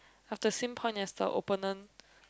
I've the same point as the opponent